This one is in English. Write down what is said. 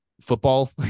football